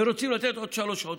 ורוצים לתת עוד שלוש שעות,